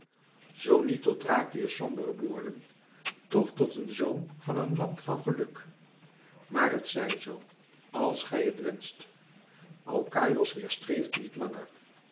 zoo niet tot thrakië's sombere boorden toch tot een zoom van een land van geluk maar het zij zoo als gij het wenscht alkaïos weêrstreeft niet langer